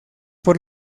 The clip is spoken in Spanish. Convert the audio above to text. por